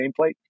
nameplate